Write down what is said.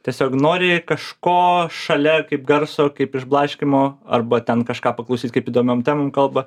tiesiog nori kažko šalia kaip garso kaip išblaškymo arba ten kažką paklausyt kaip įdomiom temom kalba